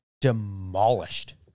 demolished